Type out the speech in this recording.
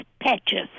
patches